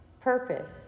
purpose